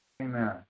Amen